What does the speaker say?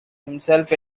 himself